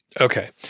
Okay